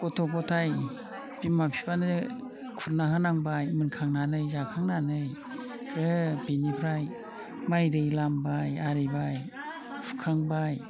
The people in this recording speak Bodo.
गथ' गथाय बिमा बिफानो खुरना होनांबाय मोनखांनानै जाखांनानै ग्रोब बेनिफ्राय माइ दै लामबाय आरिबाय फुखांबाय